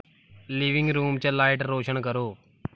living room च light रोशन करो